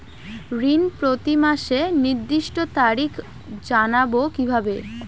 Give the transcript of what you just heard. ঋণ প্রতিমাসের নির্দিষ্ট তারিখ জানবো কিভাবে?